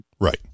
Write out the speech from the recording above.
Right